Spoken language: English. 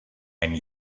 and